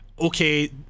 okay